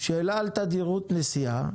שאלה על תדירות נסיעה,